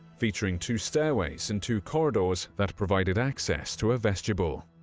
featuring two stairways and two corridors that provided access to a vestibule.